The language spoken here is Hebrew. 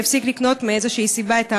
יפסיק לקנות מאיזושהי סיבה את האמוניה.